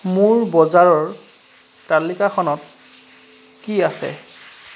মোৰ বজাৰৰ তালিকাখনত কি আছে